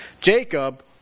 Jacob